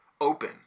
open